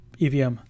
EVM